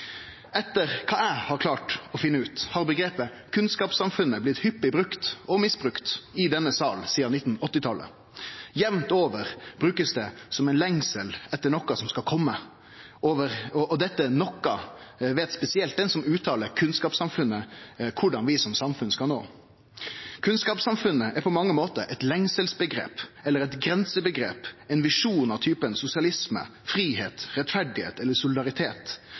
Etter det eg har klart å finne ut, har omgrepet «kunnskapssamfunnet» blitt hyppig brukt – og misbrukt – i denne salen sidan 1980-talet. Jamt over blir det brukt som ein lengsel etter noko som skal kome, og dette «noko» veit spesielt den som uttaler «kunnskapssamfunnet», korleis vi som samfunn skal nå. «Kunnskapssamfunnet» er på mange måtar eit lengselsomgrep, eller eit grenseomgrep, ein visjon av typen «sosialisme», «fridom», «rettferd» eller